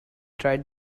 tried